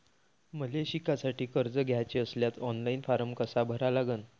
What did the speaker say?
मले शिकासाठी कर्ज घ्याचे असल्यास ऑनलाईन फारम कसा भरा लागन?